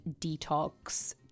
detox